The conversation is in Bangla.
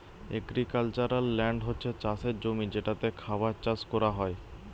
এগ্রিক্যালচারাল ল্যান্ড হচ্ছে চাষের জমি যেটাতে খাবার চাষ কোরা হয়